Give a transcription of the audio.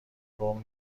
گـم